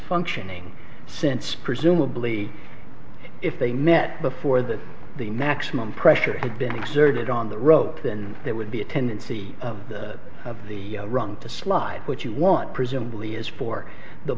functioning since presumably if they met before that the maximum pressure had been exerted on the rope then there would be a tendency of the of the wrong to slide what you want presumably for the